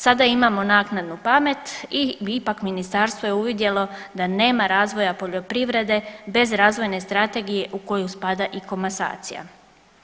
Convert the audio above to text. Sada imamo naknadnu pamet i ipak ministarstvo je uvidjelo da nema razvoja poljoprivrede bez Razvojne strategije u koju spada i komasacija.